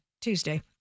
Tuesday